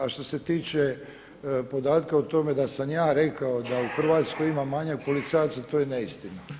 A što se tiče podatka o tome da sam ja rekao da u Hrvatskoj ima manjka policajaca to je neistina.